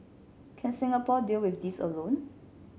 can Singapore deal with this alone